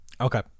Okay